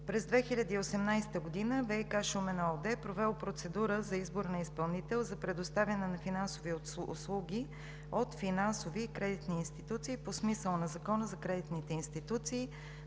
През 2018 г. „ВиК – Шумен“ ООД, е провело процедура за избор на изпълнител за предоставяне на финансови услуги от финансови и кредитни институции по смисъла на Закона за кредитните институции